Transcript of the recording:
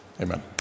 amen